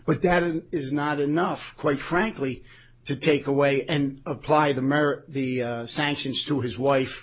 but that it is not enough quite frankly to take away and apply the mare the sanctions to his wife